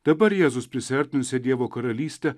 dabar jėzus prisiartinusią dievo karalystę